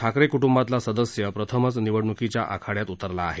ठाकरे क्टंबातला सदस्य प्रथमच निवडणूकीच्या आखाडयात उतरला आहे